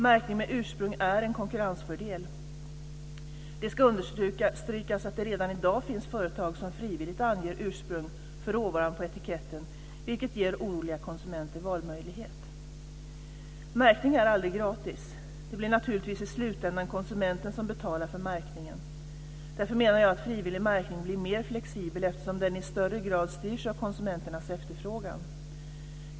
Märkning med ursprung är en konkurrensfördel. Det ska understrykas att det redan i dag finns företag som frivilligt anger ursprunget för råvaran på etiketten, vilket ger oroliga konsumenter valmöjlighet. Märkning är aldrig gratis. Det blir naturligtvis i slutändan konsumenten som betalar för märkningen. Därför menar jag att frivillig märkning blir mer flexibel, eftersom den i högre grad styrs av konsumenternas efterfrågan.